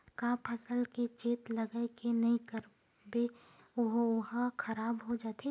का फसल के चेत लगय के नहीं करबे ओहा खराब हो जाथे?